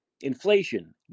Inflation